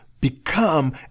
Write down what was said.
become